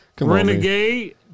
Renegade